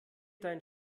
dein